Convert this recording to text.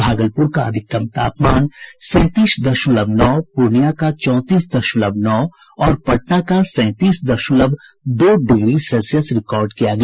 भागलपुर का अधिकतम तापमान सैंतीस दशमलव नौ पूर्णिया का चौंतीस दशमलव नौ और पटना का सैंतीस दशमलव दो डिग्री सेल्सियस रिकार्ड किया गया